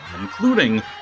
including